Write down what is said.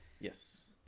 Yes